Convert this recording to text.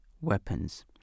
weapons